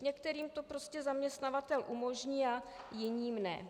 Některým to prostě zaměstnavatel umožní a jiným ne.